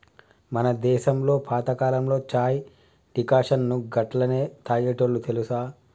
మన దేసంలో పాతకాలంలో చాయ్ డికాషన్ను గట్లనే తాగేటోల్లు తెలుసా